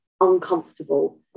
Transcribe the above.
uncomfortable